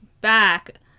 back